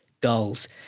goals